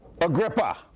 Agrippa